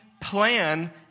plan